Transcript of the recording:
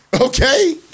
Okay